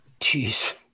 Jeez